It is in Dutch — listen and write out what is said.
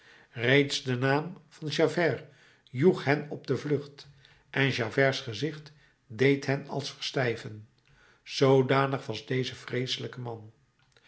reeds de naam van javert joeg hen op de vlucht en javerts gezicht deed hen als verstijven zoodanig was deze vreeselijke man